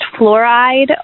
fluoride